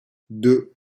deux